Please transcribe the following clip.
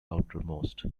outermost